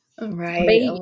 Right